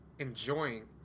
Enjoying